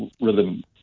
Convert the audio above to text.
rhythm